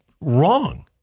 Wrong